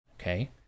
Okay